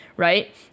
Right